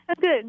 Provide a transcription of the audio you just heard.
good